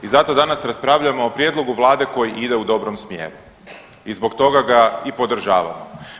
I zato danas raspravljamo o prijedlogu vlade koji ide u dobrom smjeru i zbog toga ga i podržavamo.